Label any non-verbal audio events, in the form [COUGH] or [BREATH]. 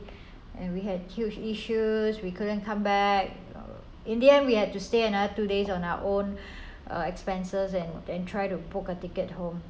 and we have huge issues we couldn't come back in the end we had to stay another two days on our own [BREATH] uh expenses and try try to book a ticket home